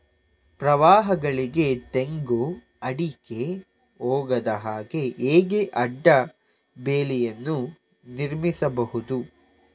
ಪ್ರವಾಹಗಳಿಗೆ ತೆಂಗು, ಅಡಿಕೆ ಹೋಗದ ಹಾಗೆ ಹೇಗೆ ಅಡ್ಡ ಬೇಲಿಯನ್ನು ನಿರ್ಮಿಸಬಹುದು?